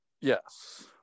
Yes